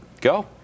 Go